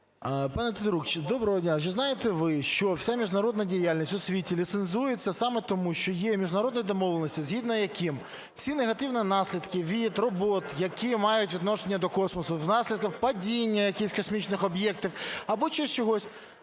Пане Тетерук, доброго дня. Чи знаєте ви, що вся міжнародна діяльність у світі ліцензується саме тому, що є міжнародні домовленості, згідно яких всі негативні наслідки від робіт, які мають відношення до космосу, внаслідок падіння якихось космічних об'єктів або ще чогось,